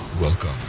Welcome